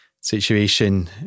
situation